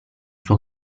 suo